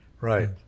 Right